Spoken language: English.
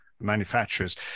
manufacturers